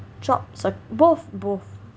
jobs se~ both both